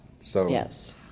Yes